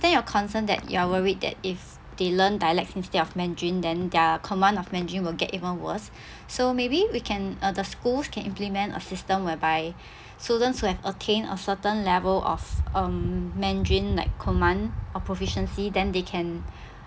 you're concerned that you're worried that if they learn dialect instead of mandarin then their command of mandarin will get even worse so maybe we can uh the schools can implement a system whereby students who have obtained a certain level of um mandarin like command of proficiency than they can